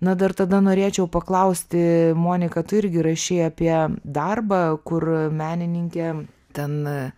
na dar tada norėčiau paklausti monika tu irgi rašei apie darbą kur menininkė ten